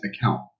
account